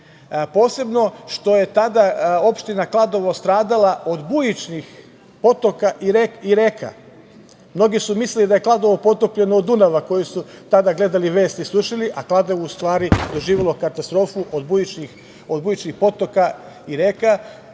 posebno što je tada opština Kladovo stradala od bujičnih potoka i reka. Mnogi su mislili da je Kladovo potopljen od Dunava, koji su tada gledali vesti i slušali, a Kladovo je u stvari doživelo katastrofu od bujičnih potoka i reka. Neko